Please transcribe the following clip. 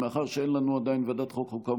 מאחר שאין לנו עדיין ועדת חוקה,